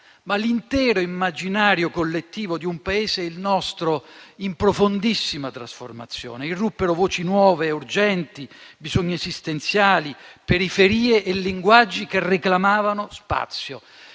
ma l'intero immaginario collettivo di un Paese, il nostro, in profondissima trasformazione. Irruppero voci nuove e urgenti, bisogni esistenziali, periferie e linguaggi che reclamavano spazio.